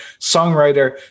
songwriter